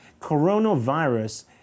Coronavirus